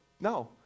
no